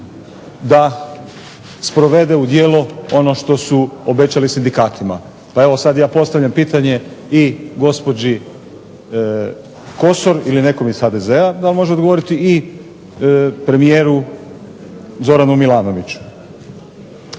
da sprovede u djelo ono što su obećali sindikatima. Pa evo sad ja postavljam pitanje i gospođi Kosor ili nekom iz HDZ-a da li može odgovoriti i premijeru Zoranu Milanoviću.